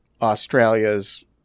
Australia's